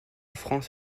france